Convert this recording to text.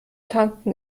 tanken